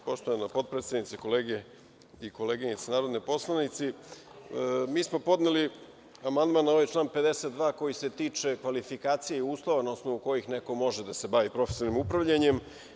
Poštovana potpredsednice, kolege i koleginice narodni poslanici, mi smo podneli amandman na ovaj član 52. koji se tiče kvalifikacija i uslova na osnovu kojih neko može da se bavi profesionalnim upravljanjem.